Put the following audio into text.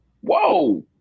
Whoa